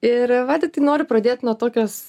ir vaidotai noriu pradėti nuo tokios